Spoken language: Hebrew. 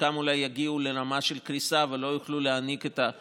שחלקם אולי יגיעו לרמה של קריסה ולא יוכלו להעניק את,